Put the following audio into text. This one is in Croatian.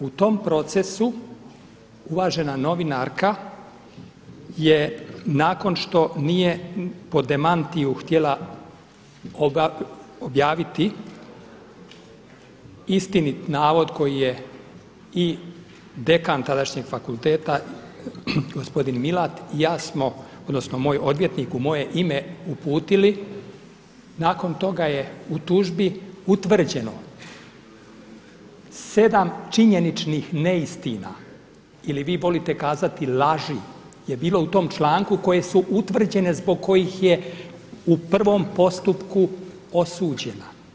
U tom procesu uvažena novinarka je nakon što nije po demantiju htjela objaviti istinit navod koji je i dekan tadašnjeg fakulteta gospodin Milat i ja smo odnosno moj odvjetnik u moje ime uputili, nakon toga je u tužbi utvrđeno sedam činjeničnih neistina ili vi volite kazati laži je bilo u tom članku koje su utvrđene zbog kojih je u prvom postupku osuđena.